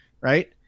Right